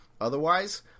Otherwise